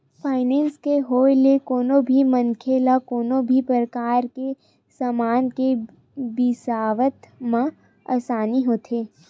finance के होय ले कोनो भी मनखे ल कोनो भी परकार के समान के बिसावत म आसानी होथे